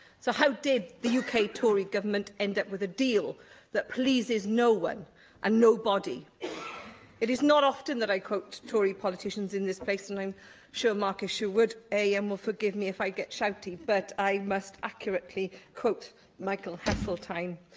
so, how did the uk ah tory government end up with a deal that pleases no-one and ah nobody? it is not often that i quote tory politicians in this place, and i'm sure mark isherwood am will forgive me if i get shouty, but i must accurately quote michael heseltine,